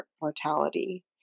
mortality